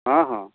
ହଁ ହଁ